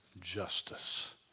justice